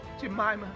Jemima